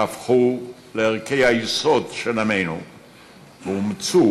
שהפכו לערכי היסוד של עמנו ואומצו